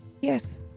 Yes